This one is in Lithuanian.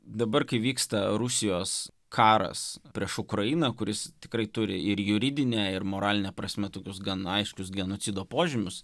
dabar kai vyksta rusijos karas prieš ukrainą kuris tikrai turi ir juridine ir moraline prasme tokius gana aiškius genocido požymius